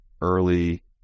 early